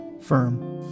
firm